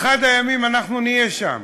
באחד הימים אנחנו נהיה שם,